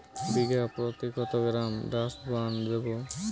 বিঘাপ্রতি কত gram Dursban দেবো?